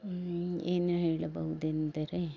ಏನು ಹೇಳಬಹುದೆಂದರೆ